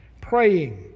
praying